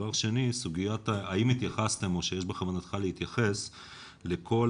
דבר שני, האם התייחסתם או שיש בכוונתך להתייחס לכל